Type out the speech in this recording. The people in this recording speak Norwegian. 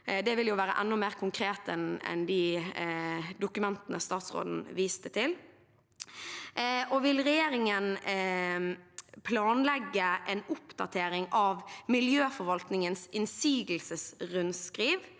Det ville jo være enda mer konkret enn de dokumentene statsråden viste til. Vil regjeringen planlegge en oppdatering av miljøforvaltningens innsigelsesrundskriv